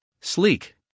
sleek